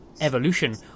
evolution